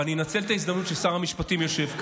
ואני אנצל את ההזדמנות ששר המשפטים יושב כאן.